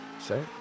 Say